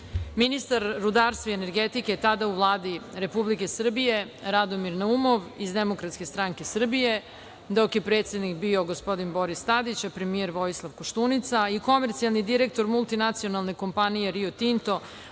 Ministar rudarstva i energetike tada u Vladi Republike Srbije Radomir Naumov iz Demokratske stranke Srbije, dok je predsednik bio gospodin Boris Tadić, a premijer Vojislav Koštunica i komercijalni direktor multinacionalne kompanije „Rio Tinto“